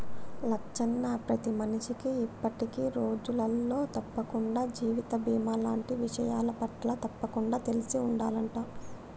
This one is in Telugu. లచ్చన్న ప్రతి మనిషికి ఇప్పటి రోజులలో తప్పకుండా జీవిత బీమా లాంటి విషయాలపట్ల తప్పకుండా తెలిసి ఉండాలంట